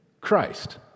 Christ